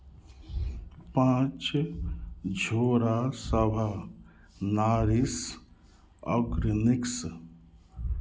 पाँच झोड़ासभ नाॅरिश अक्रौनिक्स